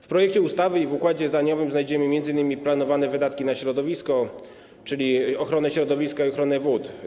W projekcie ustawy i w układzie zadaniowym znajdziemy m.in. planowane wydatki na środowisko, czyli ochronę środowiska i ochronę wód.